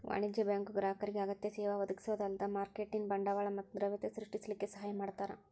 ವಾಣಿಜ್ಯ ಬ್ಯಾಂಕು ಗ್ರಾಹಕರಿಗೆ ಅಗತ್ಯ ಸೇವಾ ಒದಗಿಸೊದ ಅಲ್ದ ಮಾರ್ಕೆಟಿನ್ ಬಂಡವಾಳ ಮತ್ತ ದ್ರವ್ಯತೆ ಸೃಷ್ಟಿಸಲಿಕ್ಕೆ ಸಹಾಯ ಮಾಡ್ತಾರ